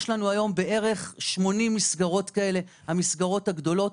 יש לנו היום בערך 80 מסגרות כאלה, מסגרות גדולות.